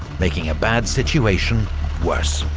making a bad situation worse.